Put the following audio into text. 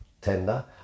tender